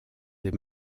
des